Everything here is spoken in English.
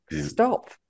Stop